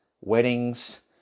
weddings